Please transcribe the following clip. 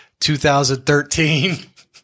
2013